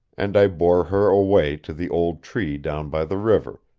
and i bore her away to the old tree down by the river,